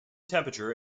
temperature